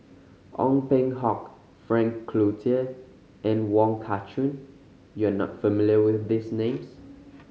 Ong Peng Hock Frank Cloutier and Wong Kah Chun you are not familiar with these names